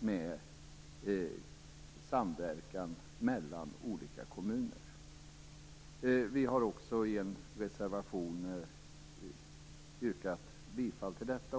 med samverkan mellan olika kommuner. I en reservation har vi i Vänsterpartiet också yrkat bifall till detta.